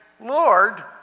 Lord